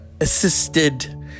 assisted